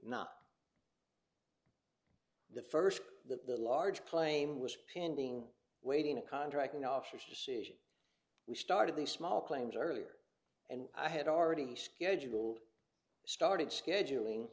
not the first the large claim was pending waiting a contracting office decision we started these small claims earlier and i had already scheduled started scheduling